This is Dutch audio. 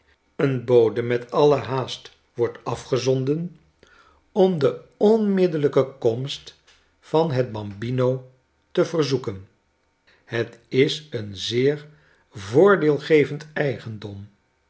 een bode met alle haast wordt afgezonden om de onmiddellijke komst van het bambinote verzoeken het is een zeer voordeelgevend eigendom